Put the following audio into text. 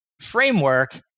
framework